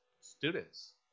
students